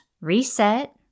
reset